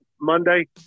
Monday